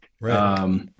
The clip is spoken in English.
Right